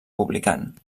publicant